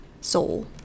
soul